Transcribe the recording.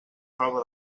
roba